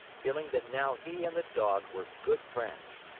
feeling that now he and the dog were good friends.